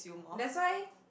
that's why